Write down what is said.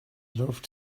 loved